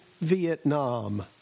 Vietnam